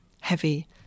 heavy